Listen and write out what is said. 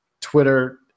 Twitter